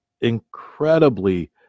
incredibly